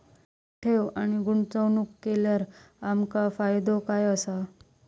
ठेव आणि गुंतवणूक केल्यार आमका फायदो काय आसा?